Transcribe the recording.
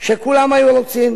שכולם היו רוצים